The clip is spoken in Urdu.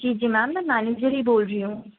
جی جی میم میں مینیجر ہی بول رہی ہوں